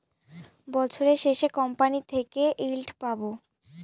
বছরের শেষে কোম্পানি থেকে ইল্ড পাবো